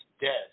dead